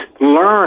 learn